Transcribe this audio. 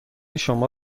شما